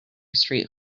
street